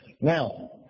Now